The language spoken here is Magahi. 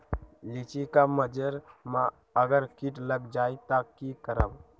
लिचि क मजर म अगर किट लग जाई त की करब?